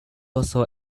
also